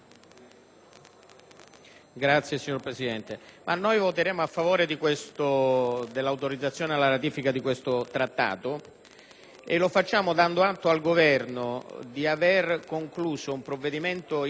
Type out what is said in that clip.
Grazie, signora Presidente.